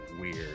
weird